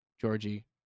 Georgie